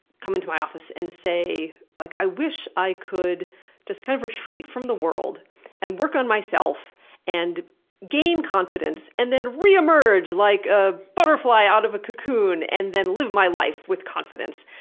come into my office and say, like i wish i could kind of retreat from the world and work on myself and gain confidence, and then reemerge like a butterfly out of a cocoon and then live my life with confidence.